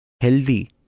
healthy